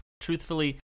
Truthfully